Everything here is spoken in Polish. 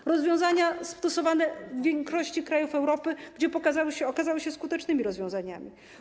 Te rozwiązania stosowane w większości krajów Europy, gdzie okazały się skutecznymi rozwiązaniami.